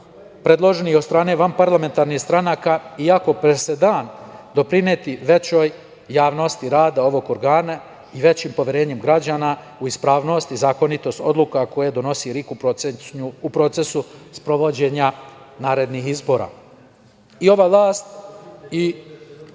predloženih od strane van parlamentarnih stranaka, iako presedan doprineti većoj javnosti rada ovog organa i većim poverenjem građana u ispravnost i zakonitost odluka koje donosi RIK u procesu sprovođenja narednih izbora. Ova vlast